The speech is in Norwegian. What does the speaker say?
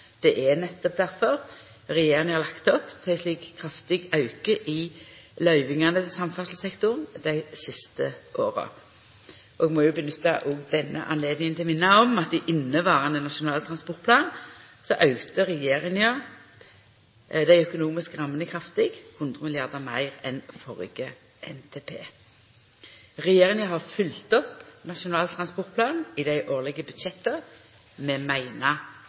Det er nettopp difor regjeringa har lagt opp til ein slik kraftig auke i løyvingane til samferdselssektoren dei siste åra. Eg må jo òg nytta denne anledninga til å minna om at i inneverande Nasjonal transportplan auka regjeringa dei økonomiske rammene kraftig, med 100 mrd. kr meir enn i førre NTP. Regjeringa har følgt opp Nasjonal transportplan i dei årlege budsjetta. Vi meiner